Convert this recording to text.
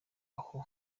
aho